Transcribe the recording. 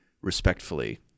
respectfully